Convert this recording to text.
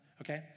Okay